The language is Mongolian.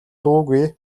дуугүй